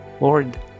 Lord